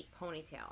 ponytail